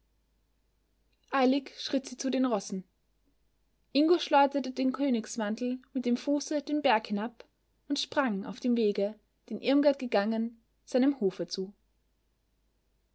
eilig schritt sie zu den rossen ingo schleuderte den königsmantel mit dem fuße den berg hinab und sprang auf dem wege den irmgard gegangen seinem hofe zu